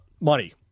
money